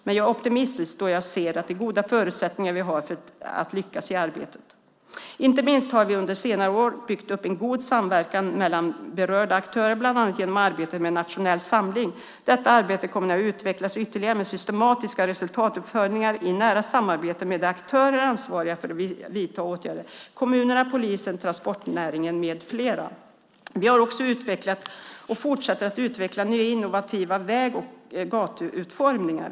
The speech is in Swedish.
Men jag är optimistisk då jag ser de goda förutsättningar vi har för att lyckas i arbetet. Inte minst har vi under senare år byggt upp en god samverkan mellan berörda aktörer, bland annat genom arbetet med nationell samling. Detta arbete kommer nu att utvecklas ytterligare med systematiska resultatuppföljningar i nära samarbete med de aktörer som är ansvariga för att vidta åtgärder - kommunerna, polisen, transportnäringen med flera. Vi har också utvecklat och fortsätter att utveckla nya innovativa väg och gatuutformningar.